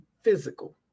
physical